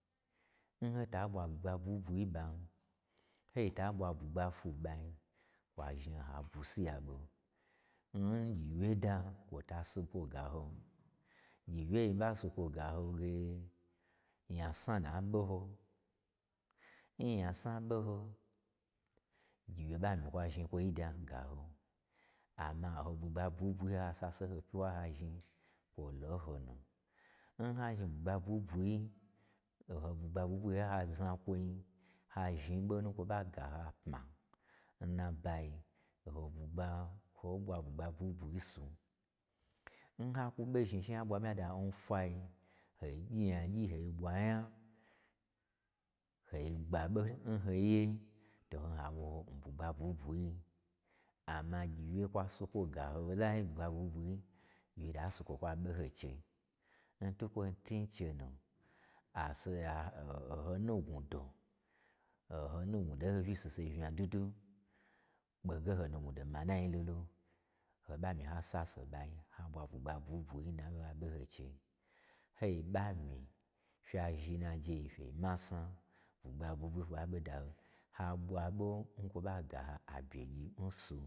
N ho ta ɓwa bwugba bwui bwui n ɓan, hon ta ɓwa kwugba fwu n ɓai, kwazhni ho ha ɓwusiya ɓo. N gyi wye da, kwo tasi kwoga hon, gyi wyein ɓa si kwo gahoge, nyasna nuna ɓo, nnyasna ɓo ho, gyiwye ɓa myi kwazhni kwoi da gaho, amma oho bwugba bwui bwui ha sase n ho pyiwa ha zhni, kwo lol n ho nu nha zhni bwugba bwui bwui nu, o ho bwugba bwuibwui oha zna kwo nyi, ha zhni ɓo nun kwo ɓa ga ho apma. Nnabayi oho bwugba, ho ɓwa bwugba bwui bwui nsu. N ha kwu ɓo zhni she ma ɓwa mii nyada n fwa nyi, hoi gyi nyagyi hoi ɓwanya hoi gba ɓo n ho ye, to hoin ha wo ho n n bwugba bwui bwui-i. Amma gyiwye kwasi kwo ga ho lai bwugba bwui bwui, gyiwye ta si kwo kwa ɓo ho-chein. N twutkwo tunn chenu, a so ya o-o ho nugnwudo, oho nugnwudo n ho uyi nsaho saho yi unya dwudwu, kpege ho n nugnwudo manai lolo, ho ɓa myi ha sasen ɓai, haɓwa bwugba bwui bwuin na ɓeye a ɓo ho n chei, ho ɓa myi fya zhin n najeyi fye masna, bwugba bwui bwui kwo ɓa ɓo da ho, ha ɓwa ɓo nkwo ɓa gaho abye gyi nsu.